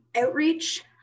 outreach